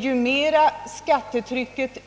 Ju mera skattetrycket